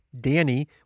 Danny